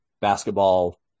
basketball